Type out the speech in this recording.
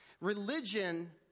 Religion